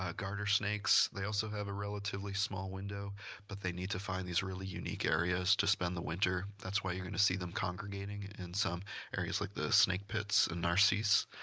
ah garter snakes, they also have a relatively small window but they need to find these really unique areas to spend the winter. that's why you're going to see them congregating in some areas like the snake pits in narcisse.